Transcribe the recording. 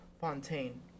Fontaine